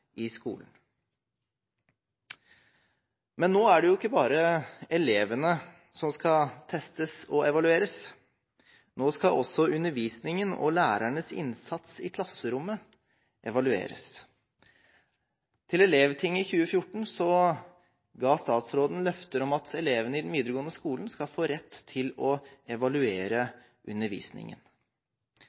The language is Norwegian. i skolen. Men nå er det ikke bare elevene som skal testes og evalueres. Nå skal også undervisningen og lærernes innsats i klasserommet evalueres. Til Elevtinget i 2014 ga statsråden løfter om at elevene i den videregående skolen skal få rett til å evaluere undervisningen.